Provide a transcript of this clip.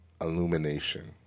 illumination